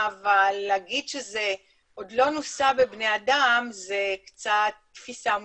אבל להגיד שזה עוד לא נוסה בבני אדם זה תפיסה מוטעית.